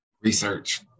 Research